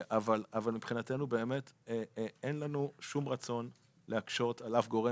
אבל מבחינתנו אין לנו שום רצון להקשות על אף גורם,